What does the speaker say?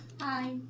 Hi